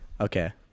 okay